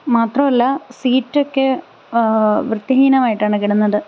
മാത്രമല്ല സീറ്റൊക്കെ വൃത്തിഹീനമായിട്ടാണ് കിടന്നത്